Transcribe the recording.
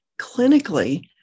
clinically